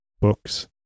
Books